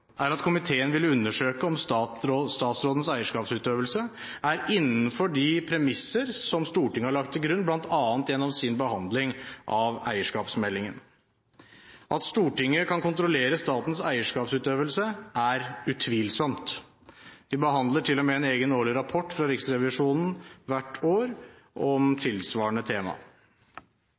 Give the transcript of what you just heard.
er at komiteen ville undersøke om statsrådens eierskapsutøvelse er innenfor de premisser som Stortinget har lagt til grunn, bl.a. gjennom sin behandling av eierskapsmeldingen. At Stortinget kan kontrollere statens eierskapsutøvelse, er utvilsomt. De behandler til og med en egen årlig rapport fra Riksrevisjonen hvert år om tilsvarende tema.